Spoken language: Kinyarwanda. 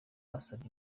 yasabye